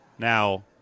Now